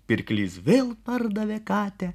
pirklys vėl pardavė katę